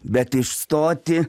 bet išstoti